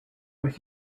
with